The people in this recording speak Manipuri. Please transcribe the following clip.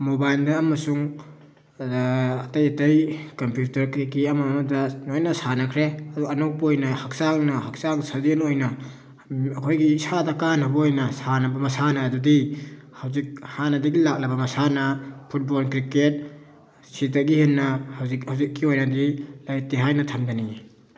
ꯃꯣꯕꯥꯏꯟꯗ ꯑꯃꯁꯨꯡ ꯑꯇꯩ ꯑꯇꯩ ꯀꯝꯄ꯭ꯌꯨꯇꯔ ꯀꯩꯀꯩ ꯑꯃꯃꯗ ꯂꯣꯏꯅ ꯁꯥꯟꯅꯈ꯭ꯔꯦ ꯑꯗꯨ ꯑꯅꯧꯕ ꯑꯣꯏꯅ ꯍꯛꯆꯥꯡꯅ ꯍꯛꯆꯥꯡ ꯁꯥꯖꯦꯟ ꯑꯣꯏꯅ ꯑꯩꯈꯣꯏꯒꯤ ꯏꯁꯥꯗ ꯀꯥꯟꯅꯕ ꯑꯣꯏꯅ ꯁꯥꯟꯅꯕ ꯃꯁꯥꯟꯅ ꯑꯗꯨꯗꯤ ꯍꯧꯖꯤꯛ ꯍꯥꯟꯅꯗꯒꯤ ꯂꯥꯛꯂꯕ ꯃꯁꯥꯟꯅ ꯐꯨꯠꯕꯣꯜ ꯀ꯭ꯔꯤꯀꯦꯠ ꯁꯤꯗꯒꯤ ꯍꯦꯟꯅ ꯍꯧꯖꯤꯛ ꯍꯧꯖꯤꯛꯀꯤ ꯑꯣꯏꯅꯗꯤ ꯂꯩꯇꯦ ꯍꯥꯏꯅ ꯊꯝꯖꯅꯤꯡꯉꯤ